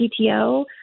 PTO